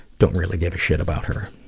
don't really give a shit about her.